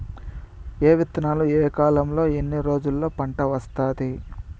ఏ విత్తనాలు ఏ కాలంలో ఎన్ని రోజుల్లో పంట వస్తాది?